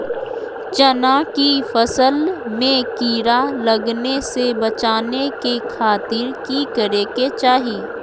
चना की फसल में कीड़ा लगने से बचाने के खातिर की करे के चाही?